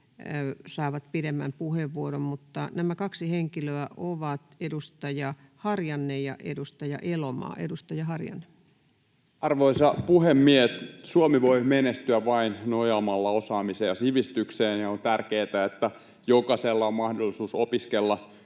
saavat pidemmän puheenvuoron — ja nämä kaksi henkilöä ovat edustaja Harjanne ja edustaja Elomaa. — Edustaja Harjanne. Arvoisa puhemies! Suomi voi menestyä vain nojaamalla osaamiseen ja sivistykseen, ja on tärkeätä, että jokaisella on mahdollisuus opiskella